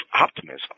optimism